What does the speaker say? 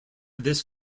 this